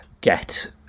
get